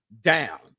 down